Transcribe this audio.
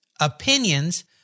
opinions